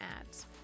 ads